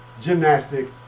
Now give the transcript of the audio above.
gymnastic